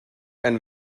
and